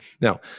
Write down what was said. Now